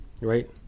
right